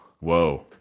whoa